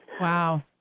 Wow